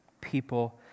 people